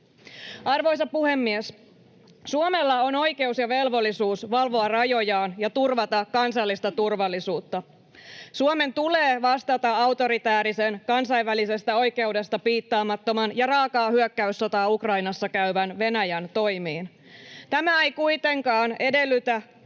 Arvoisa puhemies! Suomella on oikeus ja velvollisuus valvoa rajojaan ja turvata kansallista turvallisuutta. Suomen tulee vastata autoritäärisen, kansainvälisestä oikeudesta piittaamattoman ja raakaa hyökkäyssotaa Ukrainassa käyvän Venäjän toimiin. Tämä ei kuitenkaan oikeuta tai